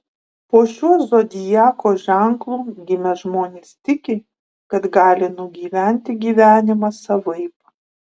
po šiuo zodiako ženklu gimę žmonės tiki kad gali nugyventi gyvenimą savaip